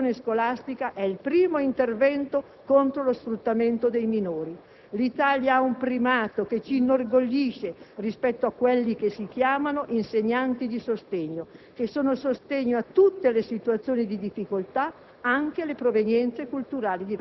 politica contro la dispersione scolastica è il primo intervento contro lo sfruttamento dei minori. L'Italia ha un primato che ci inorgoglisce e che riguarda gli insegnanti di sostegno. Questi garantiscono supporto a tutte le situazioni di difficoltà,